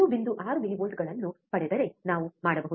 6 ಮಿಲಿವೋಲ್ಟ್ಗಳನ್ನು ಪಡೆದರೆ ನಾವು ಮಾಡಬಹುದು